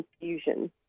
confusion